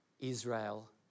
Israel